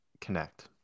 connect